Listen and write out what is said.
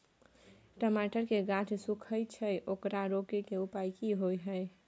टमाटर के गाछ सूखे छै ओकरा रोके के उपाय कि होय है?